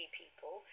people